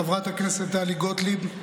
חברת הכנסת טלי גוטליב.